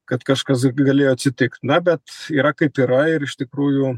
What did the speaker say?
kad kažkas galėjo atsitikt na bet yra kaip yra ir iš tikrųjų